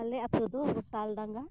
ᱟᱞᱮ ᱟᱛᱳ ᱫᱚ ᱜᱷᱳᱥᱟᱞ ᱰᱟᱸᱜᱟ